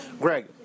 Greg